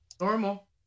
Normal